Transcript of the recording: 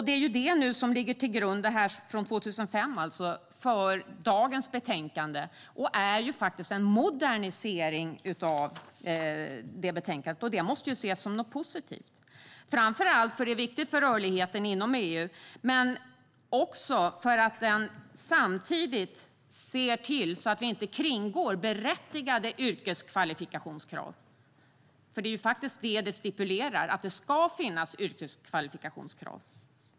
Det är detta direktiv som ligger till grund för dagens betänkande, och det är fråga om en modernisering av direktivet. Detta måste ses som något positivt, framför allt för att det är viktigt för rörligheten inom EU, men också för att vi samtidigt ser till att vi inte kringgår berättigade yrkeskvalifikationskrav. Det som stipuleras är faktiskt att det ska finnas yrkeskvalifikationskrav.